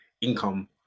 income